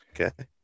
Okay